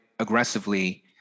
Aggressively